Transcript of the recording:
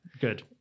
Good